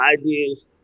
ideas